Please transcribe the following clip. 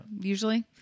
usually